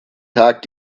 tag